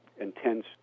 intense